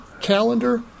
Calendar